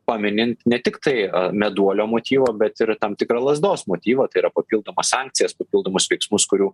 paminint ne tiktai meduolio motyvą bet ir tam tikrą lazdos motyvą tai yra papildomas sankcijas papildomus veiksmus kurių